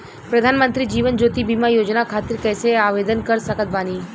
प्रधानमंत्री जीवन ज्योति बीमा योजना खातिर कैसे आवेदन कर सकत बानी?